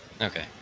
Okay